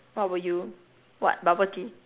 what would you what bubble-tea